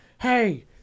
hey